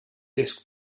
disc